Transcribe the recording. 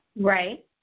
Right